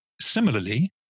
similarly